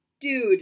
Dude